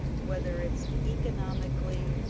whether it's economically